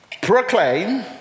proclaim